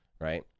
right